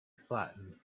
flattened